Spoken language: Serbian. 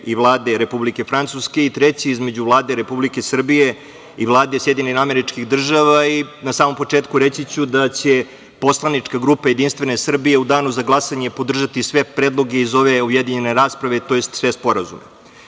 i Vlade Republike Francuske i treći između Vlade Republike Srbije i Vlade SAD. Na samom početku reći ću da će Poslanička grupa Jedinstvene Srbije u danu za glasanje podržati sve predloge iz ove objedinjene rasprave, tj. sve sporazume. Na